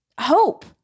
hope